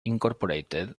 incorporated